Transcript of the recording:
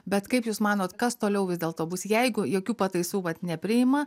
bet kaip jūs manot kas toliau vis dėlto bus jeigu jokių pataisų vat nepriima